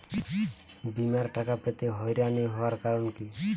বিমার টাকা পেতে হয়রানি হওয়ার কারণ কি?